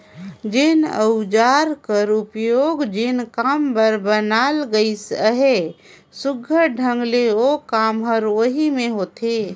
जेन अउजार कर उपियोग जेन काम बर बनाल गइस अहे, सुग्घर ढंग ले ओ काम हर ओही मे होथे